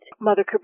Mother